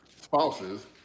spouses